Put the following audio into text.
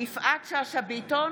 יפעת שאשא ביטון,